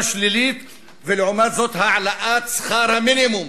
השלילי ולעומת זאת להעלות את שכר המינימום.